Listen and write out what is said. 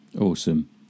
awesome